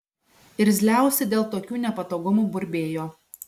irzliausi dėl tokių nepatogumų burbėjo